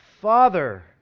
Father